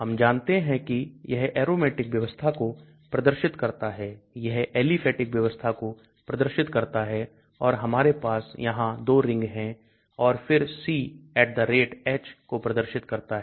हम जानते हैं कि यह aromatic व्यवस्था को प्रदर्शित करता है यह aliphatic व्यवस्था को प्रदर्शित करता है और हमारे पास यहां 2 रिंग है और फिर C H को प्रदर्शित करता है